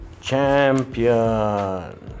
champion